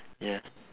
ya